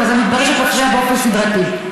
אבל מתברר שאת מפריעה באופן סדרתי.